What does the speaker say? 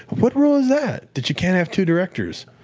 what rule is that, that you can't have two directors?